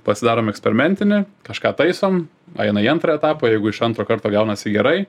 pasidarom eksperimentinę kažką taisom eina į antrą etapą jeigu iš antro karto gaunasi gerai